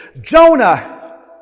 Jonah